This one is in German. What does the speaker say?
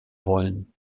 wollen